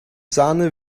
sahne